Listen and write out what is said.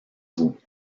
vous